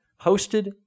hosted